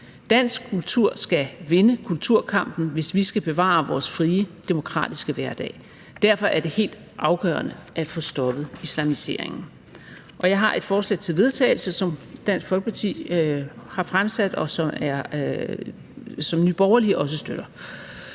Dansk kultur skal vinde kulturkampen, hvis vi skal bevare vores frie, demokratiske hverdag, og derfor er det helt afgørende at få stoppet islamiseringen. Jeg vil gerne på vegne af Dansk Folkeparti og Nye Borgerlige fremsætte